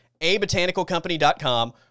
abotanicalcompany.com